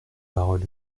parole